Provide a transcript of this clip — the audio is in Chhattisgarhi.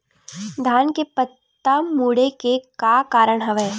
धान के पत्ता मुड़े के का कारण हवय?